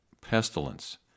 pestilence